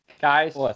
Guys